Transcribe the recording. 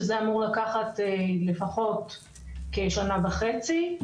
שזה אמור לקחת לפחות כשנה וחצי.